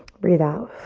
breathe out.